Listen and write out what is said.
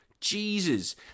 Jesus